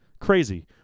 crazy